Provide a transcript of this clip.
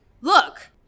look